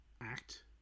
act